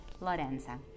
Lorenza